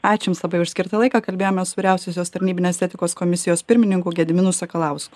ačiū jums labai už skirtą laiką kalbėjomės vyriausiosios tarnybinės etikos komisijos pirmininku gediminu sakalausku